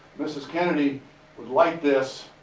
mrs. kennedy would light this.